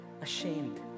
ashamed